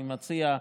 אני מציע,